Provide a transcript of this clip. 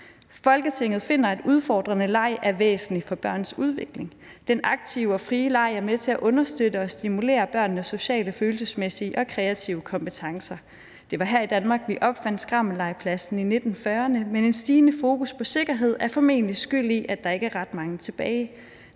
»Folketinget finder, at udfordrende leg er væsentlig for børns udvikling. Den aktive og frie leg er med til at understøtte og stimulere børnenes sociale, følelsesmæssige og kreative kompetencer. Det var her i Danmark, vi opfandt skrammellegepladsen i 1940’erne, men en stigende fokus på sikkerhed er formentlig skyld i, at der ikke er ret mange tilbage.